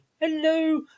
Hello